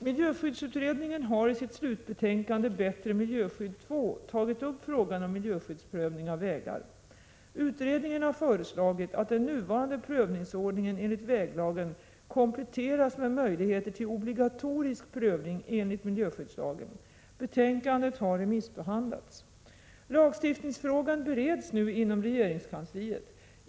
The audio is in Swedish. Miljöskyddsutredningen har i sitt slutbetänkande Bättre miljöskydd II tagit upp frågan om miljöskyddsprövning av vägar. Utredningen har föreslagit att den nuvarande prövningsordningen enligt väglagen kompletteras med möjligheter till obligatorisk prövning enligt miljöskyddslagen. Betänkandet har remissbehandlats. Lagstiftningsfrågan bereds nu inom regeringskansliet.